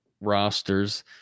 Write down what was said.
rosters